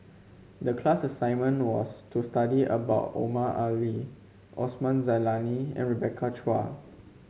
the class assignment was to study about Omar Ali Osman Zailani and Rebecca Chua